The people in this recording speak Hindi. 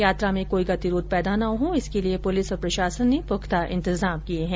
यात्रा में कोई गतिरोध पैदा ना हो इसके लिये पुलिस और प्रशासन ने पुख्ता इंतजाम किए है